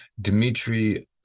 Dmitry